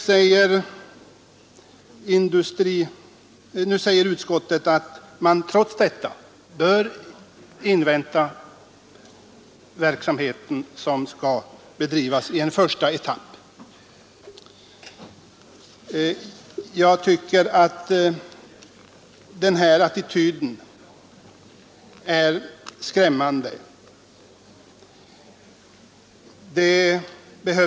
Men nu säger utskottet att man trots detta bör invänta första etappen av den verksamhet som skall bedrivas, och det tycker jag är en föga progressiv attityd.